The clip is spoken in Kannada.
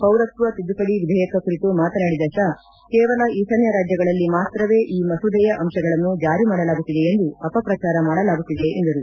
ಪೌರತ್ವ ತಿದ್ದುಪಡಿ ವಿಧೇಯಕ ಕುರಿತು ಮಾತನಾಡಿದ ಶಾ ಕೇವಲ ಈಶಾನ್ತ ರಾಜ್ಯಗಳಲ್ಲಿ ಮಾತ್ರವೇ ಈ ಮಸೂದೆಯ ಅಂಶಗಳನ್ನು ಜಾರಿ ಮಾಡಲಾಗುತ್ತಿದೆ ಎಂದು ಅಪ ಪ್ರಚಾರ ಮಾಡಲಾಗುತ್ತಿದೆ ಎಂದರು